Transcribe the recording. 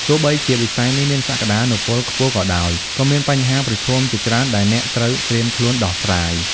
ទោះបីជាវិស័យនេះមានសក្តានុពលខ្ពស់ក៏ដោយ ក៏មាន បញ្ហាប្រឈមជាច្រើន ដែលអ្នកត្រូវត្រៀមខ្លួនដោះស្រាយ។